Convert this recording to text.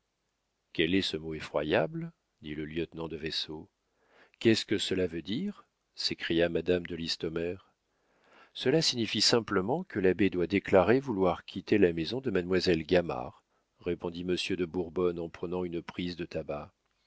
quel est ce mot effroyable dit le lieutenant de vaisseau qu'est-ce que cela veut dire s'écria madame de listomère cela signifie simplement que l'abbé doit déclarer vouloir quitter la maison de mademoiselle gamard répondit monsieur de bourbonne en prenant une prise de tabac